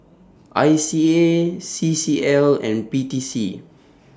I C A C C L and P T C